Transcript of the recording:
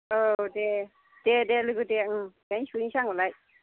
औ दे दे लोगो दे बेहायनो सोहैसां होनबालाय